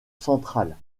centrale